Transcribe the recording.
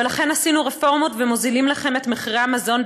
ולכן עשינו רפורמות ומורידים לכם את מחירי המזון,